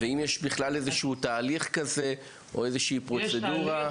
האם יש תהליך כזה או פרוצדורה כזאת?